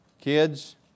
Kids